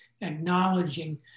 acknowledging